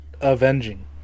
Avenging